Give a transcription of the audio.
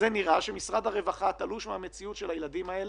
זה נראה שמשרד הרווחה תלוש מהמציאות של הילדים האלה.